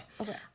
okay